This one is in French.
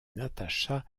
natasha